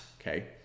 okay